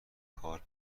کار